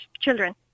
children